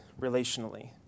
relationally